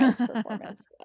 performance